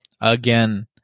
Again